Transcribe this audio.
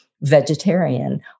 vegetarian